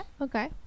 okay